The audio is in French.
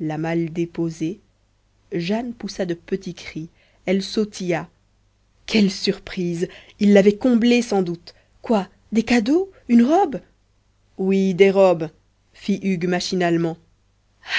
la malle déposée jane poussa de petits cris elle sautilla quelle surprise il l'avait comblée sans doute quoi des cadeaux une robe oui des robes fit hugues machinalement